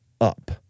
up